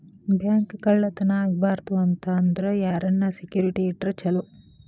Bank ಕಳ್ಳತನಾ ಆಗ್ಬಾರ್ದು ಅಂತ ಅಂದ್ರ ಯಾರನ್ನ ಸೆಕ್ಯುರಿಟಿ ಇಟ್ರ ಚೊಲೊ?